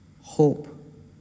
Hope